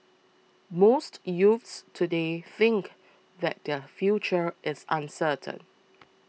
most youths today think that their future is uncertain